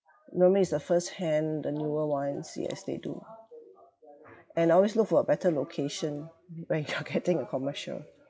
normally it's the first hand the newer ones yes they do and always look for a better location when you are getting a commercial